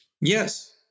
Yes